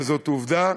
וזאת עובדה,